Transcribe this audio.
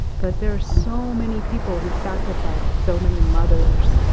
but there are so many people who've sacrificed so many mothers,